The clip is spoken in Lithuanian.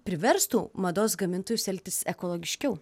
priverstų mados gamintojus elgtis ekologiškiau